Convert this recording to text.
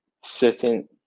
certain